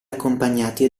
accompagnati